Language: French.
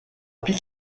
pie